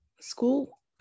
School